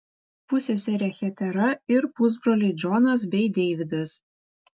pusseserė hetera ir pusbroliai džonas bei deividas